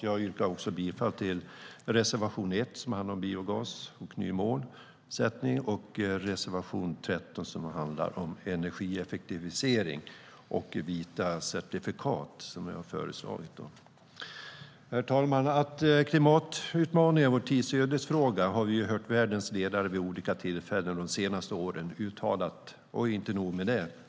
Jag yrkar bifall till reservation 1 som handlar om biogas och ny målsättning och till reservation 13 som handlar om energieffektivisering och vita certifikat. Herr talman! Att klimatutmaningen är vår tids ödesfråga har vi hört världens ledare uttala vid olika tillfällen de senaste åren - och inte nog med det.